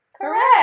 correct